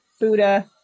Buddha